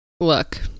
look